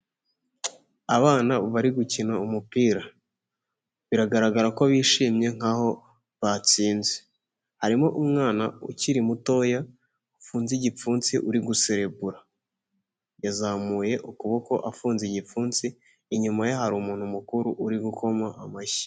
Abana bari gukina umupira biragaragara ko bishimye nkaho batsinze; harimo umwana ukiri mutoya ufunze igipfunsi uri guserebura; yazamuye ukuboko afunze igipfunsi; inyuma ye hari umuntu mukuru uri gukoma amashyi.